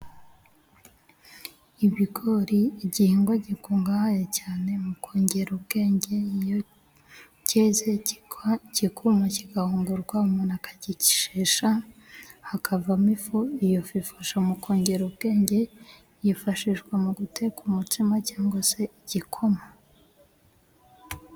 Ibigori igihingwa gikungahaye cyane, mu kongera ubwenge, iyo cyeza kikuma kigahungurwa, umuntu akagishesha, hakavamo ifu, iyofu yifashishwa mu kongera ubwenge yifashishwa muteka umutsima, cyangwa se igikoma.